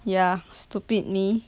ya stupid me